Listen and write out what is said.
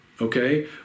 okay